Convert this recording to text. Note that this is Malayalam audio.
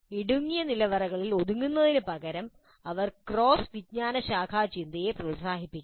ഇടുങ്ങിയ നിലവറകളിൽ ഒതുങ്ങുന്നതിനുപകരം അവർ ക്രോസ് വിജ്ഞാനശാഖാചിന്തയെ പ്രോത്സാഹിപ്പിക്കണം